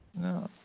No